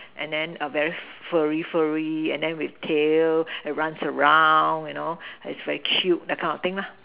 and then very flurry flurry and then with tail and runs around you know is very cute that kind of thing lah